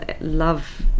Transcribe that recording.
love